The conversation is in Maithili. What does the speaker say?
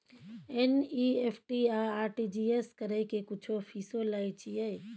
एन.ई.एफ.टी आ आर.टी.जी एस करै के कुछो फीसो लय छियै?